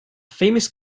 famous